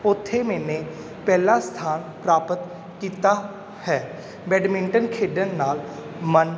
ਉੱਥੇ ਮੈਨੇ ਪਹਿਲਾ ਸਥਾਨ ਪ੍ਰਾਪਤ ਕੀਤਾ ਹੈ ਬੈਡਮਿੰਟਨ ਖੇਡਣ ਨਾਲ ਮਨ